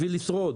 בשביל לשרוד.